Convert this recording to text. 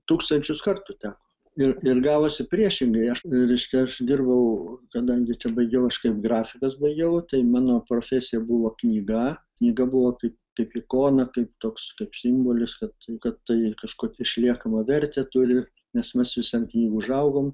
tūkstančius kartų teko ir ir gavosi priešingai aš reiškia aš dirbau kadangi čia baigiau aš kaip grafikas baigiau tai mano profesija buvo knyga knyga buvo kaip kaip ikona kaip toks kaip simbolis kad kad tai kažkokią išliekamą vertę turi nes mes visi ant knygų užaugom